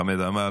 חמד עמאר,